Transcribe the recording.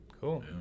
Cool